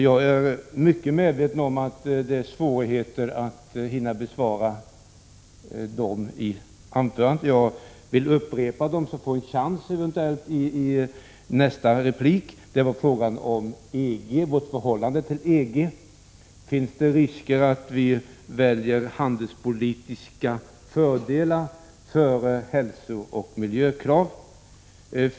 Jag är medveten om att det kan vara svårt för statsrådet att hinna besvara dem i sitt huvudanförande, och därför vill jag upprepa dem för att hon skall kunna få en chansi nästa replik. Det gällde vårt förhållande till EG: Finns det risker för att vi väljer handelspolitiska fördelar före hälsooch miljökrav?